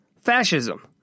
fascism